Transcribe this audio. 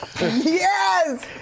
Yes